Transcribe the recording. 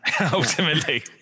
ultimately